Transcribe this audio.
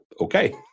Okay